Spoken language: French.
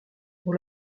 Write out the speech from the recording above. pour